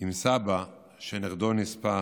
עם סבא שנכדו נספה